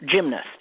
gymnast